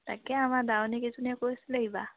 তাকে আমাৰ দাৱনী কেইজনীয়ে কৈছিলে এইবাৰ